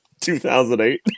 2008